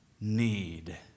need